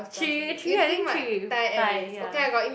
three three I think three Thai ya